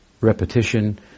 repetition